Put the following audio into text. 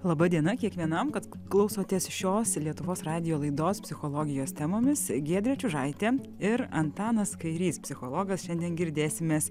laba diena kiekvienam kad klausotės šios lietuvos radijo laidos psichologijos temomis giedrė čiužaitė ir antanas kairys psichologas šiandien girdėsimės